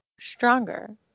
stronger